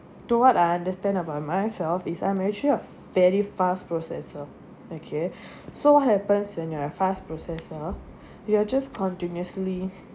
through what I understand about myself is I'm actually a very fast processor okay so what happens when you are a fast processor you are just continuously